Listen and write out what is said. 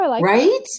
right